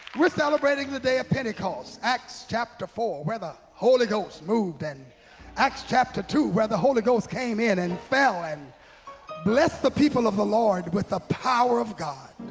we're celebrating the day of pentecost, acts chapter four, where the holy ghost moved, and acts chapter two, where the holy ghost came in and fell and blessed the people of the lord with the power of god.